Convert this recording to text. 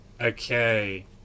Okay